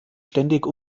ständig